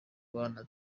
bana